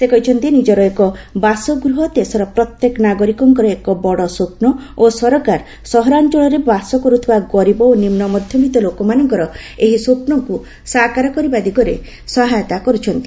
ସେ କହିଛନ୍ତି ନିଜର ଏକ ବାସଗୃହ ଦେଶର ପ୍ରତ୍ୟେକ ନାଗରିକଙ୍କର ଏକ ବଡ଼ ସ୍ୱପ୍ନ ଓ ସରକାର ସହରାଞ୍ଚଳରେ ବାସ କରୁଥିବା ଗରିବ ଓ ନିମ୍ନମଧ୍ୟବିତ୍ତ ଲୋକମାନଙ୍କର ଏହି ସ୍ୱପ୍ନକୁ ସାକାର କରିବା ଦିଗରେ ସହାୟତା କରୁଛନ୍ତି